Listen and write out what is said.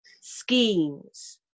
schemes